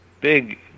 big